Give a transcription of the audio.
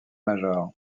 major